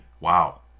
Wow